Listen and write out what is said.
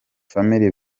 family